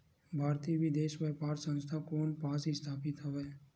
भारतीय विदेश व्यापार संस्था कोन पास स्थापित हवएं?